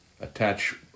attach